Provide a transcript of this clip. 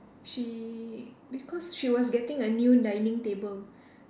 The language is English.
she because she was getting a new dining table